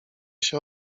się